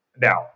Now